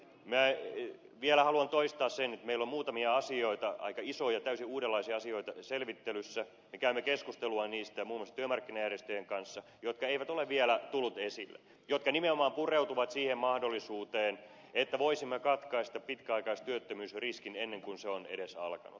minä vielä haluan toistaa sen että meillä on selvittelyssä muutamia asioita aika isoja täysin uudenlaisia asioita me käymme keskustelua niistä muun muassa työmarkkinajärjestöjen kanssa jotka eivät ole vielä tulleet esille jotka nimenomaan pureutuvat siihen mahdollisuuteen että voisimme katkaista pitkäaikaistyöttömyysriskin ennen kuin se on edes alkanut